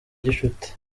gicuti